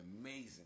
amazing